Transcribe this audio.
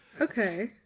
Okay